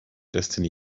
destiny